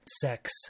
sex